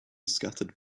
scattered